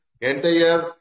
entire